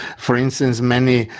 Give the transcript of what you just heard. for instance, many,